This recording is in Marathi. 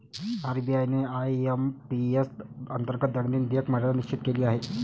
आर.बी.आय ने आय.एम.पी.एस अंतर्गत दैनंदिन देयक मर्यादा निश्चित केली आहे